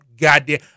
goddamn